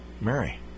Mary